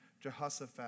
Jehoshaphat